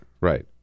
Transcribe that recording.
Right